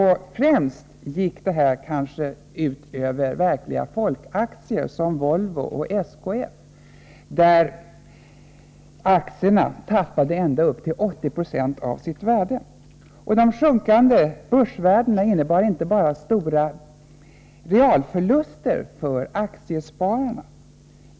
Främst gick detta ut över folkaktier som Volvo och SKF, vilka tappade ända upp till 80 96 av sitt värde. De sjunkande börsvärdena innebar inte bara stora realförluster för aktiespararna.